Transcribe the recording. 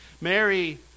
Mary